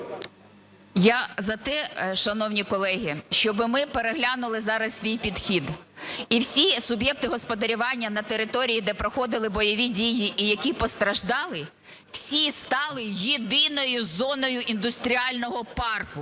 Я за те, шановні колеги, щоби ми переглянули зараз свій підхід, і всі суб'єкти господарювання на території, де проходили бойові дії, і які постраждали, всі стали єдиною зоною індустріального парку.